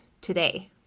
today